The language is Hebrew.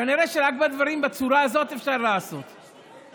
כנראה רק בצורה הזאת אפשר לעשות דברים.